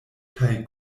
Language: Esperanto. kaj